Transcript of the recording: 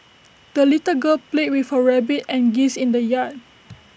the little girl played with her rabbit and geese in the yard